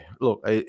look